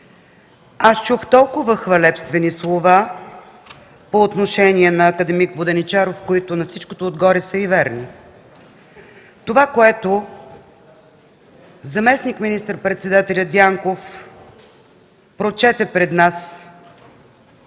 Чух толкова хвалебствени слова по отношение на акад. Воденичаров, които на всичкото отгоре са и верни. Това, което заместник министър-председателят Дянков прочете пред нас